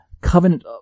Covenant